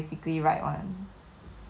要很 politically right 的 leh